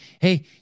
Hey